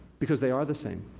because they are the same.